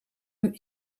een